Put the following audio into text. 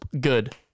good